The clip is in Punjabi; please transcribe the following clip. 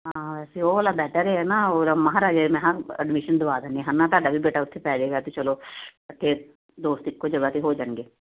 ਹਾਂ ਵੈਸੇ ਉਹ ਵਾਲਾ ਬੈਟਰ ਏ ਨਾ ਉਹ ਵਾਲਾ ਮਹਾਰਾਜੇ ਮਹਾਂ ਐਡਮਿਸ਼ਨ ਦਵਾ ਦਿੰਦੇ ਹਾਂ ਹੈ ਨਾ ਤੁਹਾਡਾ ਵੀ ਬੇਟਾ ਉੱਥੇ ਪੈ ਜਾਏਗਾ ਤਾਂ ਚਲੋ ਇਕੱਠੇ ਦੋਸਤ ਇੱਕੋ ਜਗ੍ਹਾ 'ਤੇ ਹੋ ਜਾਣਗੇ